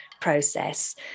process